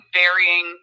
varying